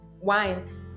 wine